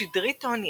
"שדרית האונייה"